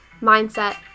mindset